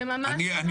זה ממש לא השאלה.